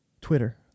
Twitter